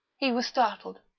he was startled.